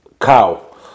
cow